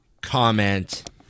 comment